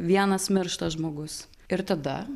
vienas miršta žmogus ir tada